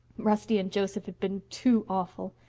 rusty and joseph had been too awful!